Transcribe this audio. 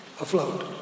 afloat